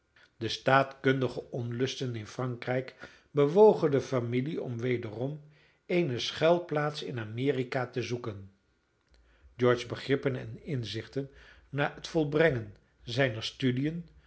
de staatkundige onlusten in frankrijk bewogen de familie om wederom eene schuilplaats in amerika te zoeken george's begrippen en inzichten na het volbrengen zijner studiën